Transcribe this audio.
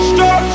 Stop